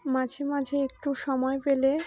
মাঝে মাঝে একটু সময় পেলে